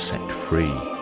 so free.